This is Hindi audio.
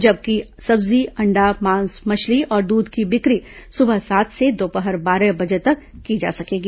जबकि सब्जी अण्डा मांस मछली और दूध की बिक्री सुबह सात से दोपहर बारह बजे तक की जा सकेगी